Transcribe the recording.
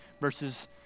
verses